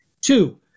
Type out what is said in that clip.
Two